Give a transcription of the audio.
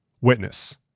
Witness